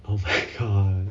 oh my god